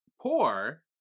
Poor